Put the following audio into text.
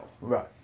Right